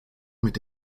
mit